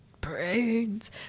Brains